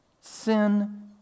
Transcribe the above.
Sin